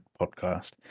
podcast